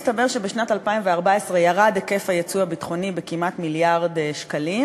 הסתבר שבשנת 2014 ירד היקף היצוא הביטחוני בכמעט מיליארד שקלים,